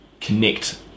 connect